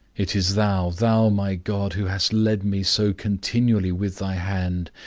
it is thou, thou my god, who hast led me so continually with thy hand,